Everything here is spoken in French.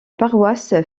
paroisse